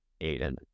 Aiden